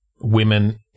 women-